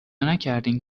نکردین